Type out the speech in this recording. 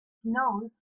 snowed